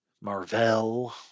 Marvel